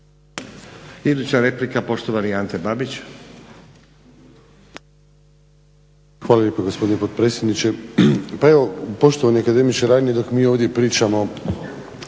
Hvala lijepo gospodine potpredsjedniče.